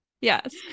Yes